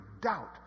doubt